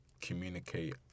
communicate